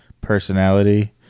personality